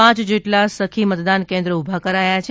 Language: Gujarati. પાંચ જેટલા સખી મતદાન કેન્દ્ર ઊભા કરાયા છે